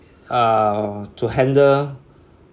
uh to handle